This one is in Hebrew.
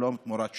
שלום תמורת שלום.